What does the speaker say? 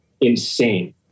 insane